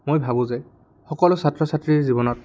মই ভাবোঁ যে সকলো ছাত্ৰ ছাত্ৰীৰ জীৱনত